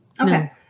Okay